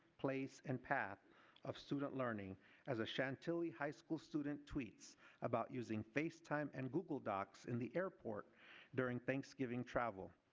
place and path of student learning as a chantilly high school student tweets about using face time and google docs in the airport during thanksgiving travel.